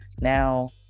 now